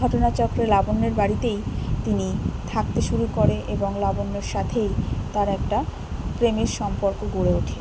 ঘটনাচক্রে লাবণ্যের বাড়িতেই তিনি থাকতে শুরু করে এবং লাবণ্যর সাথেই তার একটা প্রেমের সম্পর্ক গড়ে ওঠে